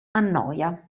annoia